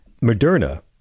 Moderna